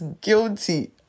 guilty